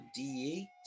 D8